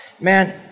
Man